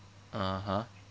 (uh huh)